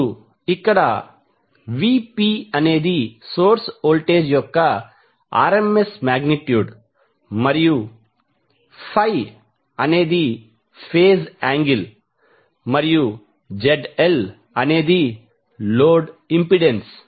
ఇప్పుడు ఇక్కడ Vp అనేది సోర్స్ వోల్టేజ్ యొక్క RMS మాగ్నిట్యూడ్ మరియు ∅ అనేది ఫేజ్ యాంగిల్ మరియు ZL అనేది లోడ్ ఇంపెడెన్స్